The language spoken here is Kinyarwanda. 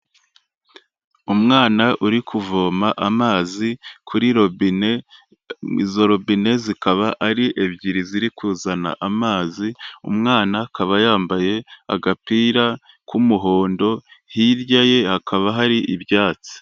Umwana uri kuvoma amazi kuri robine, izo robine zikaba ari ebyiri ziri kuzana amazi, umwana akaba yambaye agapira k'umuhondo, hirya ye hakaba hari ibyatsi.